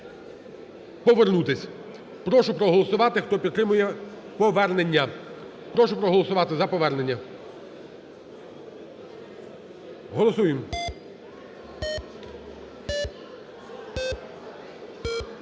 повернутися. Прошу проголосувати, хто підтримує повернення. Прошу проголосувати за повернення. Голосуєм.